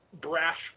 brash